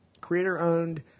creator-owned